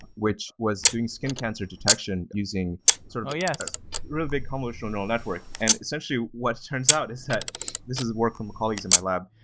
which was doing skin cancer detection using sort of a real big convolutional neural network. and essentially, what it turns out is that this is a work from colleagues in my lab.